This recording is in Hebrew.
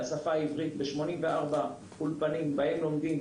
₪ לשפה העברית ב-84 אולפנים בהם לומדים